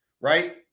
right